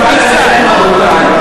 בושה וחרפה.